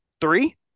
Three